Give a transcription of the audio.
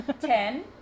Ten